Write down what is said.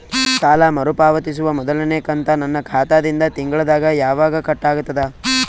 ಸಾಲಾ ಮರು ಪಾವತಿಸುವ ಮೊದಲನೇ ಕಂತ ನನ್ನ ಖಾತಾ ದಿಂದ ತಿಂಗಳದಾಗ ಯವಾಗ ಕಟ್ ಆಗತದ?